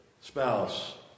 spouse